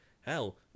hell